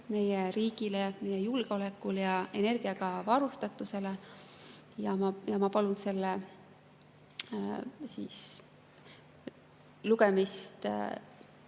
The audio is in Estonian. meie riigile, meie julgeolekule ja energiaga varustatusele. Ma palun selle teise lugemise